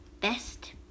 Best